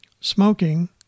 Smoking